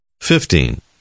Fifteen